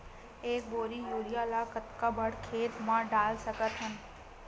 एक बोरी यूरिया ल कतका बड़ा खेत म डाल सकत हन?